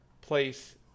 place